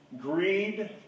greed